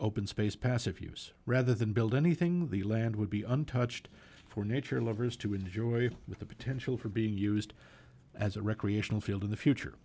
open space passive use rather than build anything the land would be untouched for nature lovers to enjoy with the potential for being used as a recreational field in the future